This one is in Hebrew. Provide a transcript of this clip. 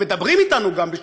הם מדברים אתנו גם.